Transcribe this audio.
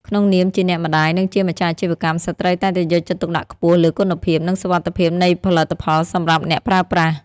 ក្នុងនាមជាអ្នកម្តាយ និងជាម្ចាស់អាជីវកម្ម ស្ត្រីតែងតែយកចិត្តទុកដាក់ខ្ពស់លើគុណភាព និងសុវត្ថិភាពនៃផលិតផលសម្រាប់អ្នកប្រើប្រាស់។